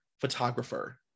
photographer